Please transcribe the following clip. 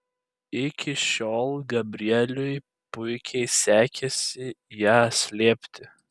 iki šiol gabrieliui puikiai sekėsi ją slėpti